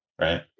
right